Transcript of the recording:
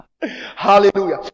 hallelujah